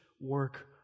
work